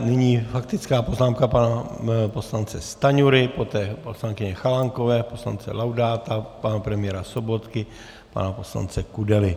Nyní faktická poznámka pana poslance Stanjury, poté paní poslankyně Chalánkové, poslance Laudáta, pana premiéra Sobotky, pana poslance Kudely.